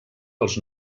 als